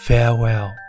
Farewell